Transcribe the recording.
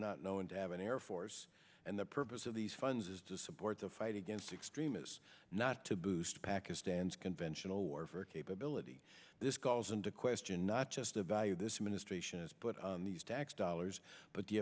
not known to have an air force and the purpose of these funds is to support the fight against extremists not to boost pakistan's conventional warfare capability this calls into question not just the value this administration has put on these tax dollars but the